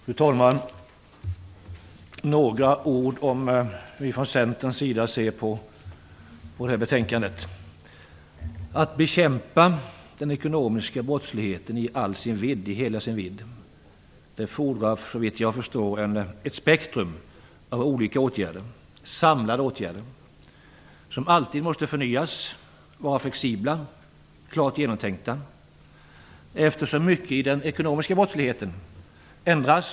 Fru talman! Jag vill säga några ord om hur vi från Centerns sida ser på detta betänkande. Att bekämpa den ekonomiska brottsligheten i hela dess vidd fordrar ett spektrum av olika, samlade åtgärder, som hela tiden måste förnyas, vara flexibla och klart genomtänkta. Mycket i den ekonomiska brottsligheten ändras nämligen.